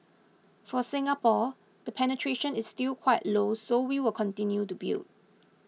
for Singapore the penetration is still quite low so we will continue to build